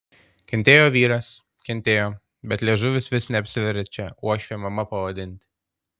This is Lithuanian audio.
kentėjo vyras kentėjo bet liežuvis vis neapsiverčia uošvę mama pavadinti